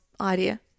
idea